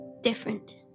different